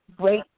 great